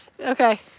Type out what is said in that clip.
Okay